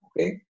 okay